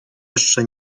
jeszcze